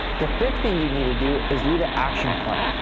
the fifth thing you need to do is leave an action point.